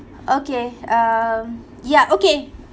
okay um ya okay